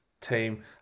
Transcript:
team